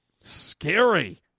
Scary